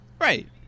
Right